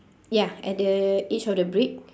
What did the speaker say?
ya at the edge of the brick